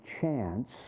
chance